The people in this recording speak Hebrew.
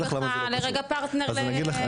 אני רואה בך לרגע פרטנר לשינוי ותיקון.